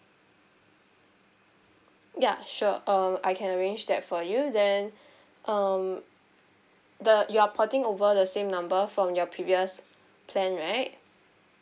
yup sure uh I can arrange that for you then um the you're porting over the same number from your previous plan right